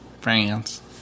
France